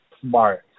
smart